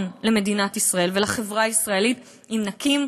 למדינת ישראל ולחברה הישראלית אם נקים,